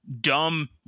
dumb